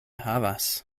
havas